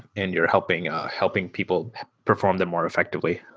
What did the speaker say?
and you're helping ah helping people perform them more effectively.